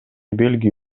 бельгия